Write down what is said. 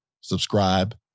subscribe